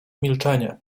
milczenie